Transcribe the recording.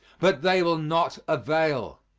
but they will not avail.